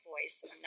voice